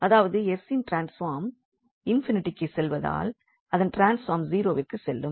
அதாவது s இன் transform ∞ க்கு செல்வதால் அதன் ட்ரான்ஸ்பார்ம் 0 விற்கு செல்லும்